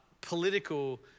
political